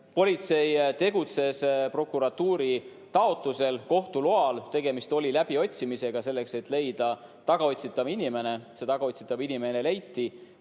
politsei tegutses prokuratuuri taotlusel kohtu loal. Tegemist oli läbiotsimisega, selleks et leida tagaotsitav inimene. See tagaotsitav inimene leiti,